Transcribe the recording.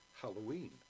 Halloween